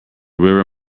river